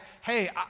hey